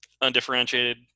Undifferentiated